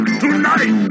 tonight